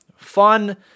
fun